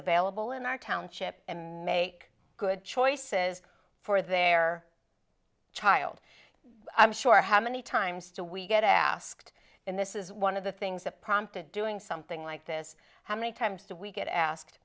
available in our township make good choices for their child i'm sure how many times do we get asked in this is one of the things that prompted doing something like this how many times do we get asked